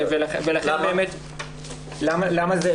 למה?